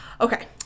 Okay